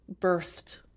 birthed